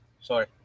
Sorry